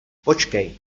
počkej